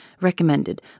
recommended